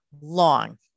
long